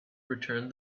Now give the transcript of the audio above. returned